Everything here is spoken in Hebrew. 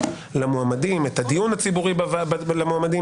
למועמדים ואת הדיון הציבורי למועמדים.